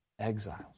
exiles